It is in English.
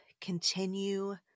continue